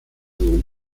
rom